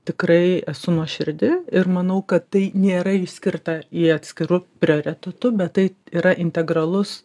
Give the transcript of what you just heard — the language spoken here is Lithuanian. tikrai esu nuoširdi ir manau kad tai nėra išskirta į atskiru prioritetu bet tai yra integralus